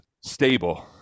stable